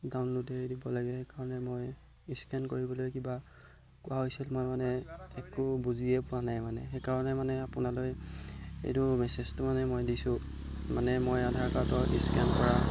ডাউনলোডেই দিব লাগে সেইকাৰণে মই স্কেন কৰিবলৈ কিবা কোৱা হৈছিল মই মানে একো বুজিয়ে পোৱা নাই মানে সেইকাৰণে মানে আপোনালৈ এইটো মেছেজটো মানে মই দিছোঁ মানে মই আধাৰ কাৰ্ডৰ স্কেন কৰা